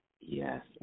Yes